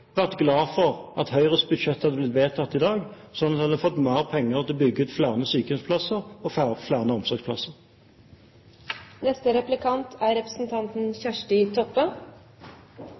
vært glad for at Høyres budsjett hadde blitt vedtatt i dag, slik at de hadde fått mer penger til å bygge ut flere sykehjemsplasser og